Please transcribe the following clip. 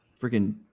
freaking